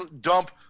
dump